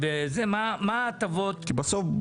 מהן ההטבות --- בסוף,